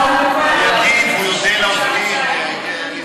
הוא יגיד, והוא יודה לעוזרים ולכולם.